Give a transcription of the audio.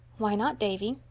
why not, davy?